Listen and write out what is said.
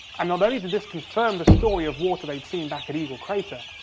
and not only did this confirm the story of water they'd seen back at eagle crater,